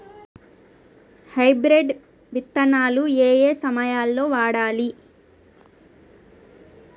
Hybrid విత్తనాలు ఏయే సమయాల్లో వాడాలి?